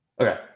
Okay